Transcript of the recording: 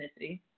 ethnicity